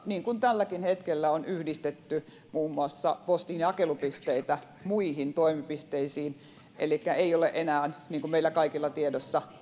niin kuin tälläkin hetkellä on yhdistetty muun muassa postin jakelupisteitä muihin toimipisteisiin elikkä ei ole enää erillisiä posteja pelkästään niin kuin meillä kaikilla on tiedossa